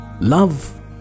Love